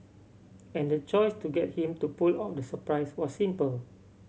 and the choice to get him to pull off the surprise was simple